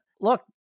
look